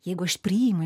jeigu aš priimu